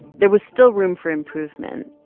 there was still room for improvement,